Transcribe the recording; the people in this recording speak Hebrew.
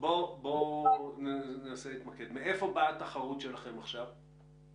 מאיפה באה התחרות שלכם עכשיו?